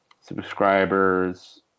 subscribers